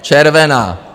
Červená!